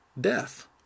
death